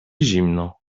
zimno